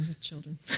Children